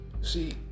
See